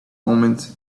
omens